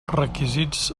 requisits